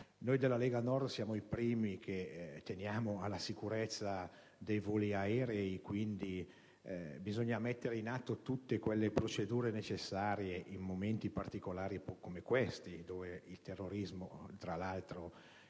Noi della Lega Nord siamo i primi a tenere alla sicurezza dei voli aerei: bisogna mettere in atto tutte le procedure necessarie in momenti particolari come questi, in cui il terrorismo, tra l'altro, imperversa